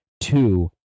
two